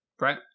Right